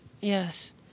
yes